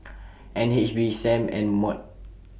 N H B SAM and Mod